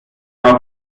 wird